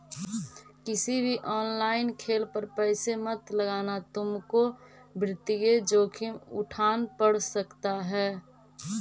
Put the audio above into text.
किसी भी ऑनलाइन खेल पर पैसे मत लगाना तुमको वित्तीय जोखिम उठान पड़ सकता है